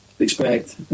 expect